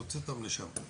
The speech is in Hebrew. נוציא אותם לשם.